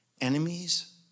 enemies